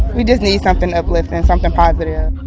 we just need something uplifting something positive.